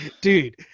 dude